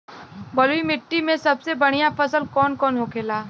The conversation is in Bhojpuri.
बलुई मिट्टी में सबसे बढ़ियां फसल कौन कौन होखेला?